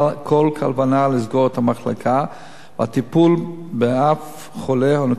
כוונה לסגור את המחלקה ולא ייפגע הטיפול באף חולה אונקולוגי.